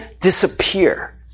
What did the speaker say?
disappear